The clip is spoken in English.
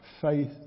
faith